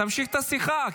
תמשיך את השיחה,